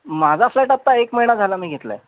माझा फ्लॅट आत्ता एक महिना झाला मी घेतला आहे